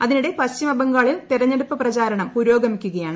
അതിനിടെ പശ്ചിമ ബംഗാളിൽ തെരഞ്ഞെടൂപ്പ് പ്രചാരണം പുരോഗമിക്കുകയാണ്